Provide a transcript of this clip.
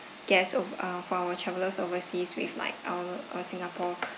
guests o~ uh for our travellers overseas with like our our singapore